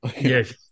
Yes